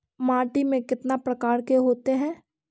माटी में कितना प्रकार के होते हैं?